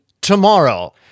tomorrow